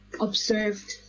observed